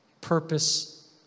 Purpose